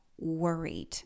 worried